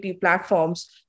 platforms